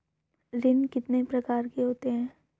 ऋण कितने प्रकार के होते हैं?